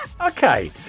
Okay